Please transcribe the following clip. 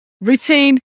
routine